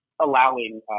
allowing